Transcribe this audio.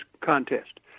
contest